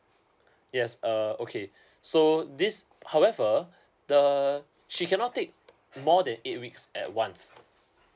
yes uh okay so this however the she cannot take more than eight weeks at once